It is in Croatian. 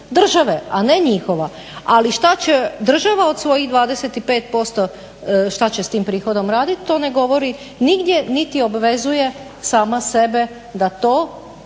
države, a ne njihova. Ali što će država od svojih 25% što će s tim prihodom raditi? To ne govori nigdje niti obavezuje sama sebe da to što je